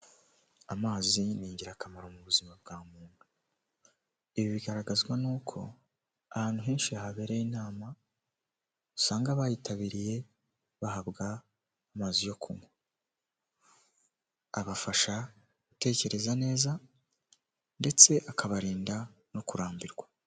Amazi ni ingirakamaro mu buzima bwa muntu, ibi bigaragazwa n'uko ahantu henshi habereye inama, usanga abayitabiriye bahabwa amazi yo kunywa. Abafasha gutekereza neza ndetse akabarinda no kurambirwa.